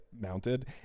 mounted